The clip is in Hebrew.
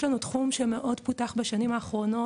יש לנו תחום שמאוד פותח בשנים האחרונות